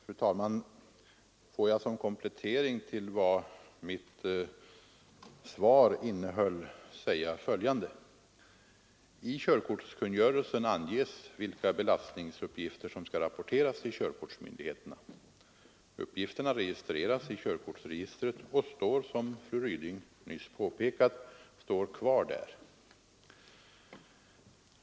Fru talman! Får jag som komplettering till vad mitt svar innehöll säga följande. I körkortskungörelsen anges vilka belastningsuppgifter som skall rapporteras till körkortsmyndigheterna. Uppgifterna registreras i körkortsregistret och står, som fru Ryding nyss påpekat, kvar där.